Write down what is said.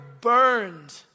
burned